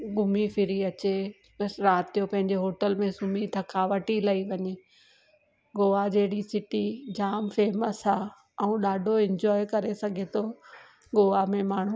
घुमी फिरी अचे बसि राति जो पंहिंजे होटल में सुम्ही थकावट ई लई वञे गोवा जहिड़ी सिटी जाम फेमस आहे ऐं ॾाढो एंजॉय करे सघे थो गोवा में माण्हू